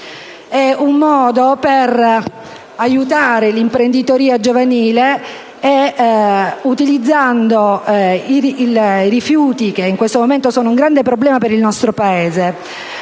È un modo per aiutare l'imprenditoria giovanile utilizzando i rifiuti, che in questo momento rappresentano un grande problema per il nostro Paese.